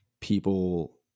people